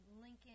Lincoln